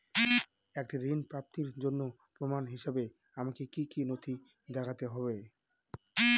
একটি ঋণ প্রাপ্তির জন্য প্রমাণ হিসাবে আমাকে কী কী নথি দেখাতে হবে?